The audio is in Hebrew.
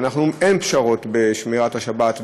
ואנחנו אומרים: אין פשרות בשמירת השבת.